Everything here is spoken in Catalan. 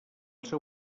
seu